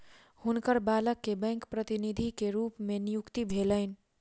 हुनकर बालक के बैंक प्रतिनिधि के रूप में नियुक्ति भेलैन